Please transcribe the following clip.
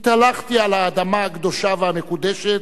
התהלכתי על האדמה הקדושה והמקודשת,